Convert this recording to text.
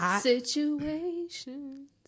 situations